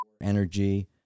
Energy